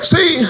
See